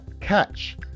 catch